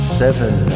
seven